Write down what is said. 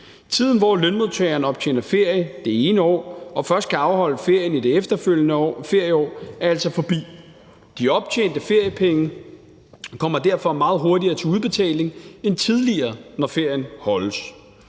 Tiden, hvor lønmodtageren optjener ferie det ene år og først kan afholde ferien i det efterfølgende ferieår, er altså forbi. De optjente feriepenge kommer derfor meget hurtigere til udbetaling end tidligere, når ferien holdes.